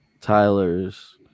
Tyler's